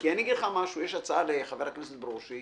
כי יש הצעה לחבר הכנסת ברושי